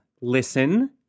Listen